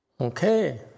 Okay